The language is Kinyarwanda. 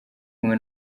kumwe